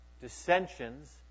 dissensions